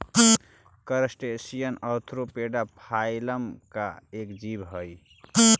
crustacean arthropoda phylum का एक जीव हई